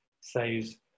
says